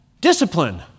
discipline